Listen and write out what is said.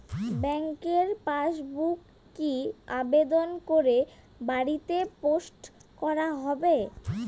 ব্যাংকের পাসবুক কি আবেদন করে বাড়িতে পোস্ট করা হবে?